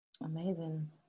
Amazing